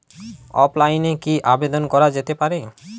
অফলাইনে কি আবেদন করা যেতে পারে?